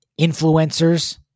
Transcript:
influencers